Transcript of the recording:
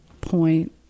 point